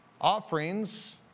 Offerings